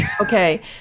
Okay